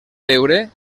veure